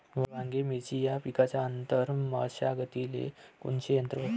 वांगे, मिरची या पिकाच्या आंतर मशागतीले कोनचे यंत्र वापरू?